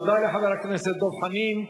תודה רבה לחבר הכנסת דב חנין.